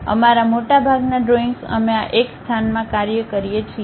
અમારા મોટાભાગનાં ડ્રોઇંગ્સ અમે આ X સ્થાનમાં કાર્ય કરીએ છીએ